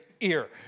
ear